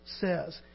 says